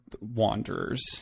Wanderers